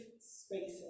spaces